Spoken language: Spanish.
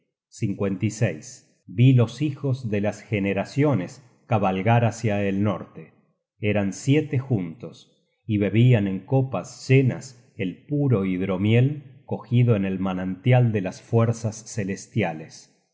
llegaban al cielo vi los hijos de las generaciones cabalgar hácia el norte eran siete juntos y bebian en copas llenas el puro hidromiel cogido en el manantial de las fuerzas celestiales